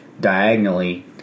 diagonally